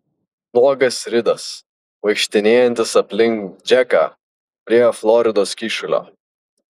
nuogas ridas vaikštinėjantis aplink džeką prie floridos kyšulio